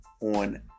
on